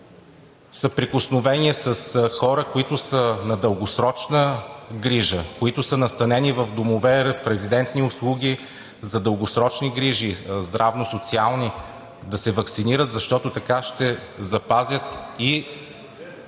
съприкосновение с хора, които са на дългосрочна грижа, които са настанени в домове, в резидентни услуги за дългосрочни грижи, здравно-социални – да се ваксинират, защото така ще запазят и